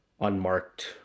unmarked